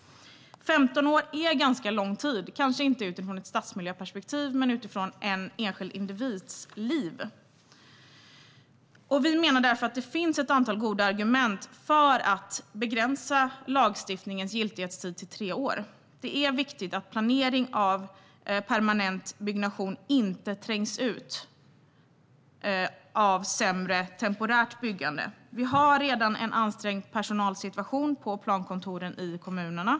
15 år är en ganska lång tid, kanske inte utifrån ett stadsmiljöperspektiv men i en enskild individs liv. Vi menar därför att det finns ett antal goda argument för att begränsa lagstiftningens giltighetstid till tre år. Det är viktigt att planering av permanent byggnation inte trängs ut av sämre temporärt byggande. Det är redan en ansträngd personalsituation på plankontoren i kommunerna.